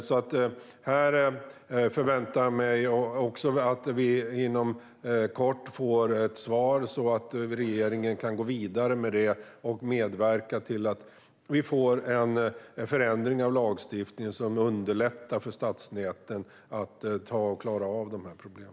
Jag förväntar mig att vi inom kort får ett svar när det gäller detta, så att regeringen kan gå vidare med detta och medverka till att vi får en förändring av lagstiftningen som underlättar för stadsnäten att klara av dessa problem.